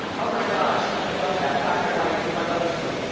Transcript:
oh my gosh, i love that, black and white, my mother seat.